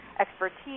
expertise